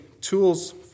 tools